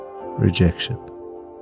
rejection